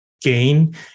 gain